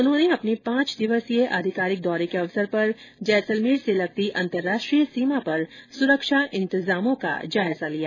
उन्होंने अपने पांच दिवसीय आधिकारिक दौरे के अवसर पर जैसलमेर से लगती अन्तरराष्ट्रीय सीमा पर सुरक्षा इंतजामों का जायजा लिया